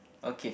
okay